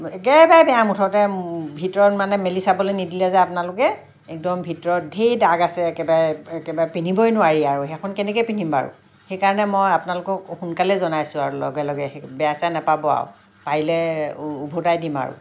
একেবাৰে বেয়া মুঠতে ভিতৰত মানে মেলি চাবলৈ নিদিলে যে আপোনালোকে একদম ভিতৰত ধেৰ দাগ আছে একেবাৰে একেবাৰে পিন্ধিবই নোৱাৰি আৰু সেইখন কেনেকৈ পিন্ধিম বাৰু সেইকাৰণে মই আপোনালোকক সোনকালে জনাইছোঁ আৰু লগে লগে বেয়া চেয়া নাপাব আৰু পাৰিলে উভোটাই দিম আৰু